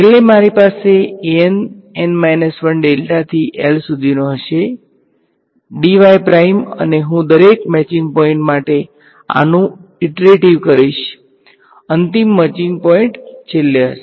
છેલ્લે મારી પાસે થી L સુધીનો હશે અને હું દરેક મેચિંગ પોઈન્ટ માટે આનું ઈટરેટીવ કરીશ અંતિમ મેચિંગ પોઈન્ટ છેલ્લે હશે